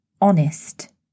honest